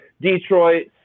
Detroit